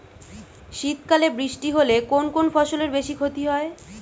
শীত কালে বৃষ্টি হলে কোন কোন ফসলের বেশি ক্ষতি হয়?